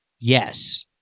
Yes